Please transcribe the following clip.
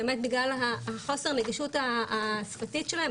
באמת בגלל חוסר הנגישות השפתית שלהם,